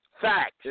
Fact